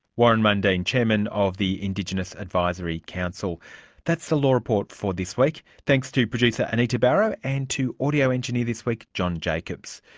warren mundine, chairman of the indigenous advisory council that's the law report for this week. thanks to producer anita barraud and to audio engineer this week john jacobs.